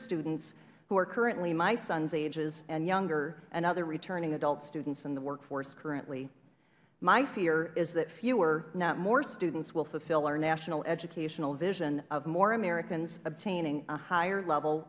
students who are currently my sons ages and younger and other returning adult students in the workforce currently my fear is that fewer not more students will fulfill our national educational vision of more americans obtaining a higher level